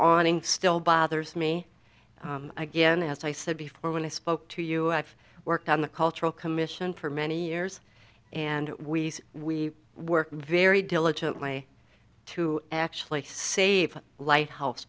awning still bothers me again as i said before when i spoke to you i've worked on the cultural commission for many years and we see we work very diligently to actually save lighthouse